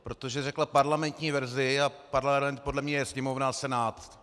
Protože řekla parlamentní verzi a Parlament, podle mě, je Sněmovna a Senát.